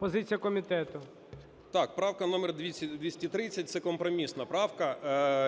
БАБАК С.В. Так, правка номер 230 – це компромісна правка,